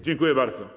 Dziękuję bardzo.